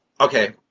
okay